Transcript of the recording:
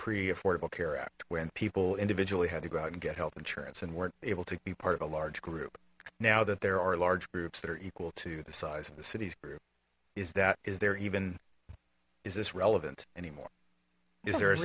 pre affordable care act when people individually had to go out and get health insurance and weren't able to be part of a large group now that there are large groups that are equal to the size of the city's group is that is there even is this relevant anymore is ther